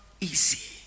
easy